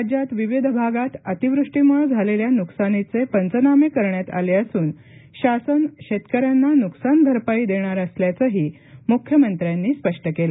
राज्यात विविध भागात अतिवृष्टीमुळे झालेल्या नुकसानीचे पंचनामे करण्यात आले असून शासन शेतकऱ्यांना नुकसानभरपाई देणार असल्याचेही मुख्यमंत्र्यांनी स्पष्ट केले